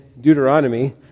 Deuteronomy